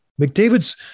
McDavid's